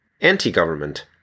anti-government